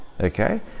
Okay